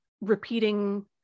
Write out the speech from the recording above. repeating